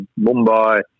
Mumbai